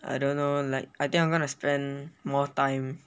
I don't know like I think I'm going to spend more time